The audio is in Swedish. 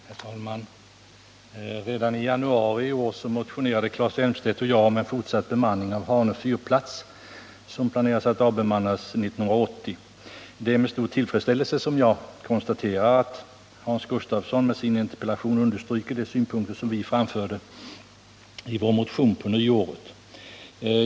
Herr talman! Redan i januari i år motionerade Claes Elmstedt och jag om en fortsatt bemanning av Hanö fyrplats, som planerats att avbemannas 1980. Det är med stor tillfredsställelse som jag konstaterar att Hans Gustafsson med sin interpellation understryker de synpunkter som vi framförde i vår motion på nyåret.